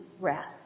rest